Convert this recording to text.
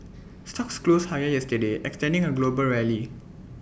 stocks closed higher yesterday extending A global rally